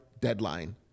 deadline